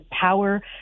power